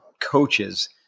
coaches